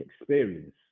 experience